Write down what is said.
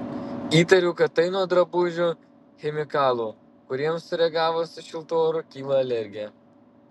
įtariu kad tai nuo drabužių chemikalų kuriems sureagavus su šiltu oru kyla alergija